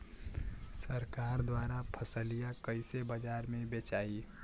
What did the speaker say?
सरकार द्वारा फसलिया कईसे बाजार में बेचाई?